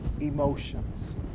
emotions